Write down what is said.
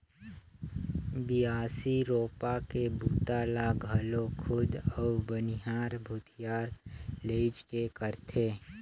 बियासी, रोपा के बूता ल घलो खुद अउ बनिहार भूथिहार लेइज के करथे